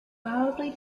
mildly